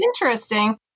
interesting